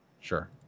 sure